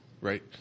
right